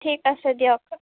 ঠিক আছে দিয়ক